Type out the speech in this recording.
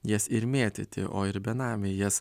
jas ir mėtyti o ir benamiai jas